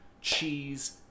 cheese